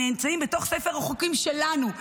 שנמצאים בתוך ספר החוקים שלנו,